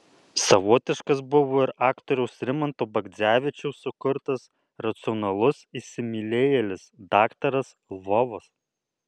savotiškas buvo ir aktoriaus rimanto bagdzevičiaus sukurtas racionalus įsimylėjėlis daktaras lvovas